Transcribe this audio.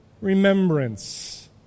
remembrance